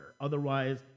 Otherwise